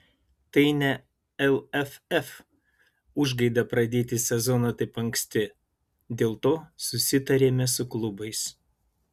tai ne lff užgaida pradėti sezoną taip anksti dėl to susitarėme su klubais